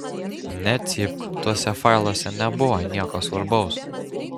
necypk tuose failuose nebuvo nieko svarbaus